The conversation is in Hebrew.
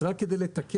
אז רק כדי לתקן,